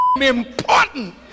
important